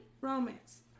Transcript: romance